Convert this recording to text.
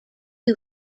who